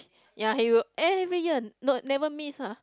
ya he will every year no never miss ah